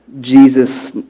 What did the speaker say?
Jesus